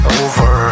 over